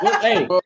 hey